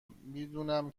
میدونم